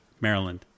Maryland